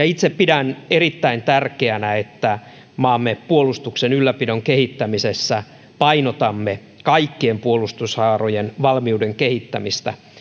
itse pidän erittäin tärkeänä että maamme puolustuksen ylläpidon kehittämisessä painotamme kaikkien puolustushaarojen valmiuden kehittämistä